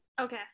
Okay